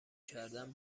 کردن